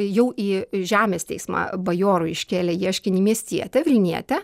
jau į žemės teismą bajorui iškėlė ieškinį miestietę vilnietę